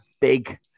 Big